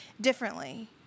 differently